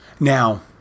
Now